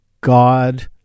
God